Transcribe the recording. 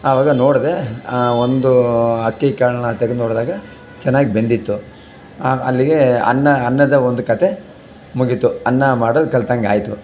ಆವಾಗ ನೋಡಿದೆ ಒಂದು ಅಕ್ಕಿ ಕಾಳನ್ನ ತೆಗೆದು ನೋಡಿದಾಗ ಚೆನ್ನಾಗಿ ಬೆಂದಿತ್ತು ಅಲ್ಲಿಗೆ ಅನ್ನ ಅನ್ನದ ಒಂದು ಕತೆ ಮುಗೀತು ಅನ್ನ ಮಾಡೋದು ಕಲ್ತಂಗಾಯ್ತು